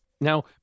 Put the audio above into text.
Now